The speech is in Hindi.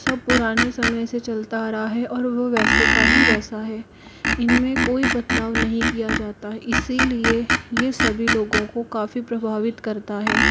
सब पुराने समय से चलता आ रहा है और वह वैसे का ही वैसा है इनमें कोई बतलाव नहीं किया जाता है इसीलिए यह सभी लोगों को काफी प्रभावित करता है